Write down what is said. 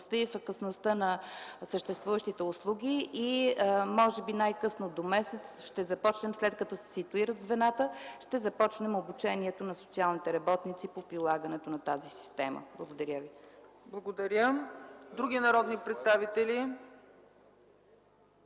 ефикасността на съществуващите услуги. Може би най-късно до месец, след като се ситуират звената, ще започнем обучението на социалните работници по прилагането на тази система. Благодаря. ПРЕДСЕДАТЕЛ ЦЕЦКА ЦАЧЕВА: Благодаря. Други народни представители?